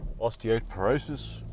osteoporosis